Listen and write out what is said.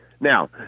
Now